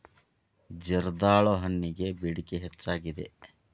ಜರ್ದಾಳು ಹಣ್ಣಗೆ ಬೇಡಿಕೆ ಹೆಚ್ಚಾಗಿದೆ